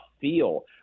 feel